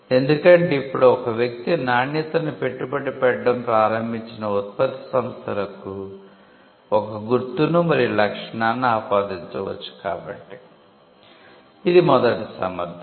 ఎందుకంటే ఇప్పుడు ఒక వ్యక్తి నాణ్యతను పెట్టుబడి పెట్టడం ప్రారంభించిన ఉత్పత్తి సంస్థలకు ఒక గుర్తును మరియు లక్షణాన్ని ఆపాదించవచ్చు కాబట్టి ఇది మొదటి సమర్థన